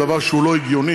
זה דבר שהוא לא הגיוני